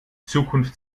zukunft